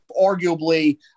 arguably